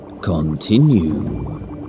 continue